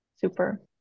super